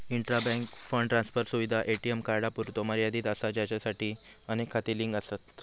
intra bank fund transfer सुविधा ATM कार्डांपुरतो मर्यादित असा ज्याचाशी अनेक खाती लिंक आसत